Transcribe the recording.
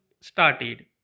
started